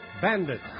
Bandit